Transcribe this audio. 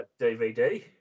DVD